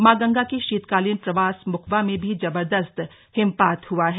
मां गंगा के शीतकालीन प्रवास मुखबा में भी जबरदस्त हिमपात हुआ है